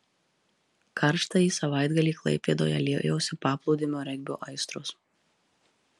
karštąjį savaitgalį klaipėdoje liejosi paplūdimio regbio aistros